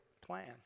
plan